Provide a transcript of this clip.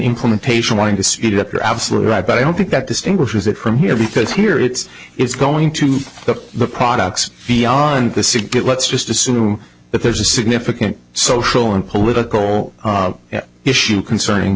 implementation wanting to speed it up you're absolutely right but i don't think that distinguishes it from here because here it's it's going to the products beyond this it let's just assume that there's a significant social and political issue concerning